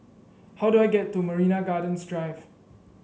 how do I get to Marina Gardens Drive